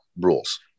rules